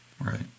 right